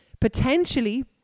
Potentially